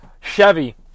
Chevy